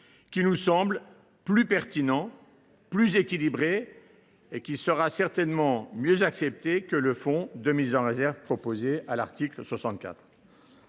qui nous semble plus pertinent, plus équilibré et qui sera certainement mieux accepté que le fonds de réserve proposé à l’article 64.